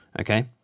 Okay